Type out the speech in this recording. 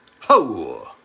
Ho